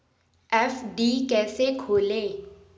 FD कैसे खोलें?